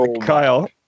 Kyle